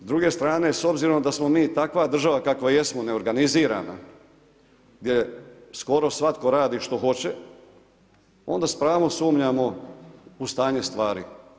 S druge strane, s obzirom da smo mi takva država kakva jesmo, neorganizirana, gdje skoro svatko radi što hoće, onda s pravom sumnjamo u stanje stvari.